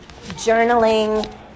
journaling